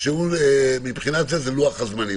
לוח הזמנים.